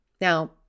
Now